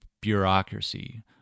bureaucracy